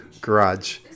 garage